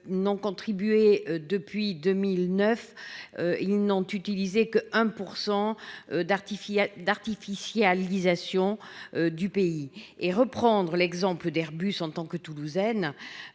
N'ont contribué depuis 2009. Ils n'ont utilisé que 1% d'artifice d'artificialisation. Du pays et reprendre l'exemple d'Airbus en tant que Toulousaine.